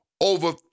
over